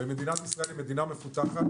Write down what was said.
ומדינת ישראל היא מדינה מפותחת,